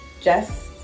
Jess